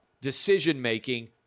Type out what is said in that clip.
decision-making